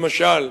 למשל,